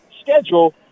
schedule